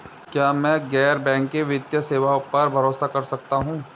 क्या मैं गैर बैंकिंग वित्तीय सेवाओं पर भरोसा कर सकता हूं?